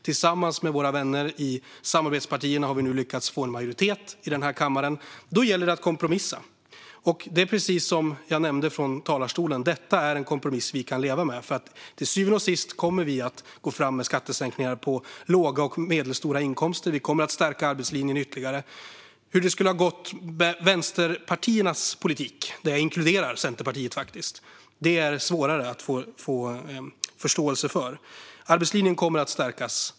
Tillsammans med våra vänner i samarbetspartierna har vi nu lyckats få majoritet i kammaren. Då gäller det att kompromissa. Detta är, precis som jag nämnde i talarstolen, en kompromiss som vi kan leva med. Så småningom kommer vi att gå fram med skattesänkningar på låga och medelstora inkomster. Vi kommer också att stärka arbetslinjen ytterligare. Hur det skulle ha gått med vänsterpartiernas politik, där jag faktiskt inkluderar Centerpartiet, är svårare att förstå. Arbetslinjen kommer att stärkas.